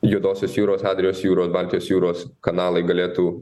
juodosios jūros adrijos jūros baltijos jūros kanalai galėtų